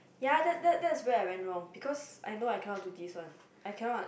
ya that that that is where I went wrong because I know I cannot do this one I cannot